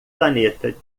planeta